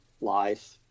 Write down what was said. life